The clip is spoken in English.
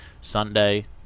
Sunday